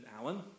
Alan